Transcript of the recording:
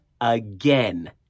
again